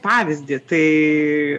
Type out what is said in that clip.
pavyzdį tai